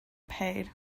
paid